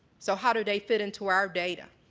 so how do they fit into our data?